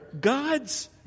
God's